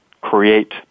create